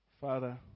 Father